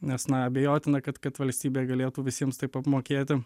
nes na abejotina kad kad valstybė galėtų visiems taip apmokėti